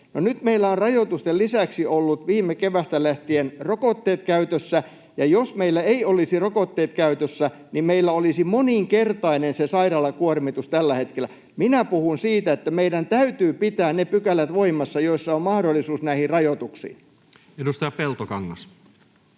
nyt meillä on rajoitusten lisäksi ollut viime keväästä lähtien rokotteet käytössä, ja jos meillä ei olisi rokotteita käytössä, niin meillä olisi moninkertainen se sairaalakuormitus tällä hetkellä. Minä puhun siitä, että meidän täytyy pitää ne pykälät voimassa, joissa on mahdollisuus näihin rajoituksiin. [Speech 42]